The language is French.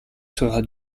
sera